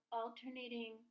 alternating